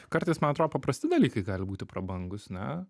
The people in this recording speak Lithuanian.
kartais man atrodo paprasti dalykai gali būti prabangūs ne